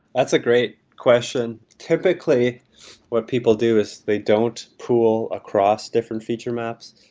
that's a great question. typically what people do is they don't pool across different feature maps.